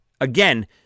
Again